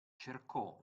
cercò